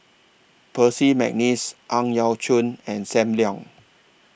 Percy Mcneice Ang Yau Choon and SAM Leong